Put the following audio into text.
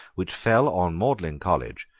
which fell on magdalene college,